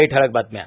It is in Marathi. काही ठळक बातम्या